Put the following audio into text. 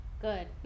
Good